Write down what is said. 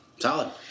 solid